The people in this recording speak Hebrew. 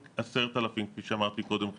כפי שאמרתי קודם,